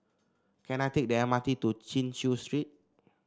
can I take the M R T to Chin Chew Street